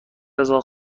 رضا